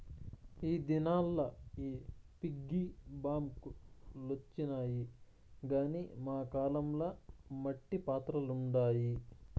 ఈ దినాల్ల ఈ పిగ్గీ బాంక్ లొచ్చినాయి గానీ మా కాలం ల మట్టి పాత్రలుండాయి